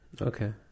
Okay